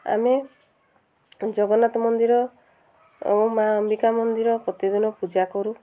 ଆମେ ଜଗନ୍ନାଥ ମନ୍ଦିର ଏବଂ ମାଁ ଅମ୍ବିକା ମନ୍ଦିର ପ୍ରତିଦିନ ପୂଜା କରୁ